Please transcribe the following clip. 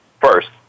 first